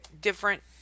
different